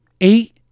Eight